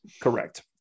Correct